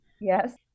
Yes